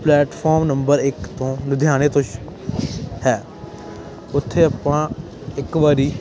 platform number ਇੱਕ ਤੋਂ ਲੁਧਿਆਣੇ ਤੋਂ ਸ਼ੁ ਹੈ ਉੱਥੇ ਆਪਾਂ ਇੱਕ ਵਾਰੀ